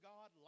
God